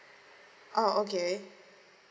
oh okay